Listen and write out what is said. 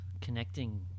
connecting